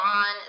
on